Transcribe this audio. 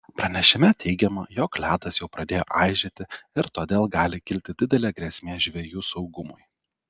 pranešime teigiama jog ledas jau pradėjo aižėti ir todėl gali kilti didelė grėsmė žvejų saugumui